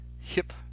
hip